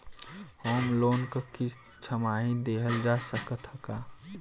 Home loan क किस्त छमाही देहल जा सकत ह का?